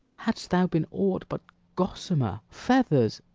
hadst thou been aught but gossamer, feathers,